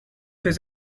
his